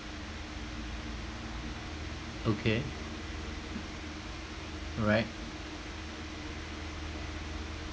okay alright